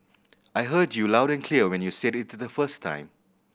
I heard you loud and clear when you said it the first time